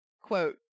quote